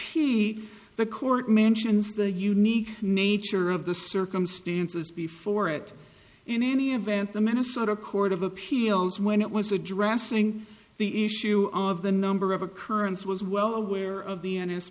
p the court mentions the unique nature of the circumstances before it in any event the minnesota court of appeals when it was addressing the issue of the number of occurrence was well aware of the n